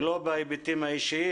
ולא בהיבטים האישיים.